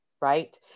right